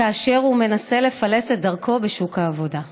כאשר הם מנסים לפלס את דרכם בשוק העבודה,